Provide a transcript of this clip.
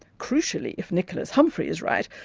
crucially, if nicholas humphrey is right,